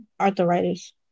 arthritis